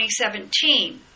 2017